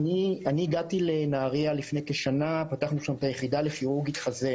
שיש לפחות עוד שתי מחלות שעלולות להיות קשורות לחשיפה